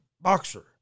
boxer